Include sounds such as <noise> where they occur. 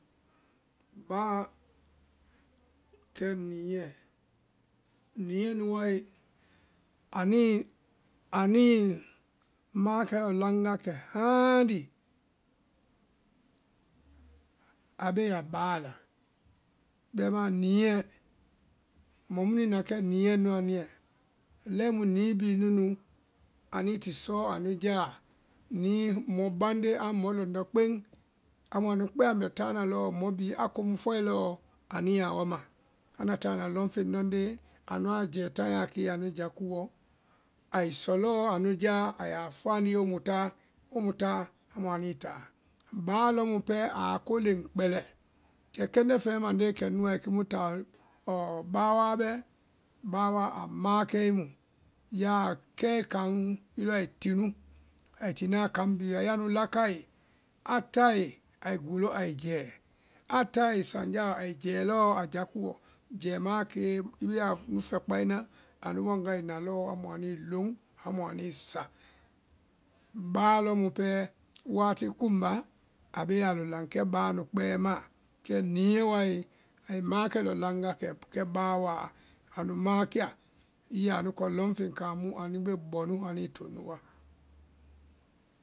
báa kɛ niɛ, niɛ nu wae aníi aníi maãkɛ lɔ laŋ wa kɛ hãali <noise> abea báa la, bɛimaã niɛ, mɔ munuĩ na kɛ niɛ nuã ninyɛ lɛi mu nii bhí nu nu anuĩ ti suɔ anu jaa, nii mɔbamde amu mɔ lɔndɔ kpeŋ, amu anu kpɛɛ anu bɛ taa nu lɔɔ mɔ bhí a komu fɔe lɔɔ anuĩ a wa ma. Anda tae anda lɔŋ feŋ lɔŋnde anuã jɛɛ taiɛ a kee anu ja kuɔ ai sɔ lɔɔ anu jaa ayaa fɔa anu ye womu táa, womu táa, amu anuĩ taa. Báa lɔ mu pɛɛ aa ko leŋ kpɛlɛ, kɛ kɛndɛ feɛ mandee kɛnu wae kiimu taɔ ɔ ɔ báawaa bɛ, báawaa a maãkɛe mu, yaa kɛe kaŋ i lɔ ai ti nu, ai tina kaŋ bhí wa, ya nu lakae a tae ai guu lɔ ai jɛɛ, a tae sanjáa lɔ ai jɛɛ lɔɔ a ja kuɔ, jɛemaã a kee i be anu fɛkpae na, anu wanga i na lɔɔ anui̍ loŋ amu anuĩ sa, báa lɔ mu pɛɛ wati kuŋmbá a bee alɔ laŋ kɛ báa nu kpɛɛ maã, kɛ niɛ wae ai maãkɛ lɔ laŋ wa kɛ kɛ báawaa i ya nu kɔ lɔŋ feŋ kaŋ mu anu bee bɔ nu anuĩ to nu wa.